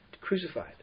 crucified